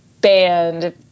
band